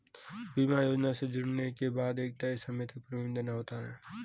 बीमा योजना से जुड़ने के बाद एक तय समय तक प्रीमियम देना होता है